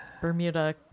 bermuda